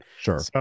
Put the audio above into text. Sure